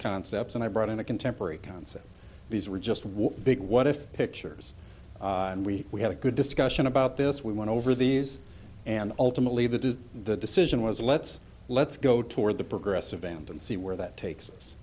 concepts and i brought in a contemporary concept these were just what big what if pictures and we we had a good discussion about this we went over these and ultimately that is the decision was let's let's go toward the progressive band and see where that takes